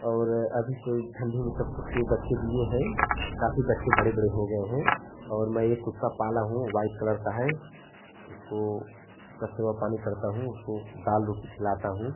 और अभी इस समय ठंडी में सब कुत्ते बच्चे दिए हैं काफी बच्चे बड़े बड़े हो गए हैं और मैं एक कुत्ता पाला हूँ वाइट कलर का उसको उसका सेवा पानी करता हूँ उसको दाल रोटी खिलाता हूँ